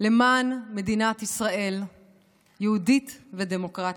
למען מדינת ישראל יהודית ודמוקרטית.